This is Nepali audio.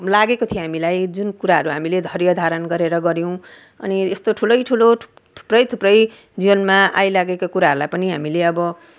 लागेको थियो हामीलाई जुन कुराहरू हामीले धैर्य धारण गरेर गर्यौँ अनि यस्तो ठुलो ठुलो थुप्रै थुप्रै जीवनमा आइलागेका कुराहरूलाई पनि हामीले अब